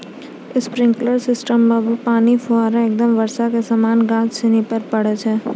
sprinkler system मे पानी रो फुहारा एकदम बर्षा के समान गाछ सनि पर पड़ै छै